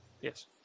Yes